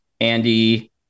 Andy